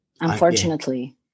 Unfortunately